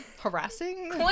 harassing